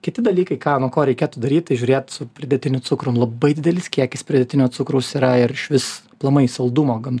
kiti dalykai ką nuo ko reikėtų daryt tai žiūrėt su pridėtiniu cukrum labai didelis kiekis pridėtinio cukraus yra ir išvis aplamai saldumo gan